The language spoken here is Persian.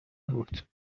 بود